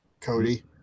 Cody